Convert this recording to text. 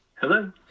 Hello